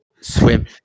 swim